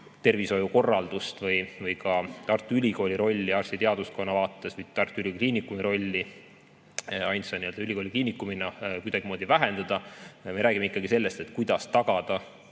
tervishoiukorraldust või ka Tartu Ülikooli rolli arstiteaduskonna vaates või Tartu Ülikooli Kliinikumi rolli ainsa ülikoolikliinikumina kuidagimoodi vähendada. Me räägime ikkagi sellest, kuidas tagada